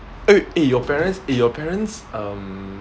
eh your parents eh your parents um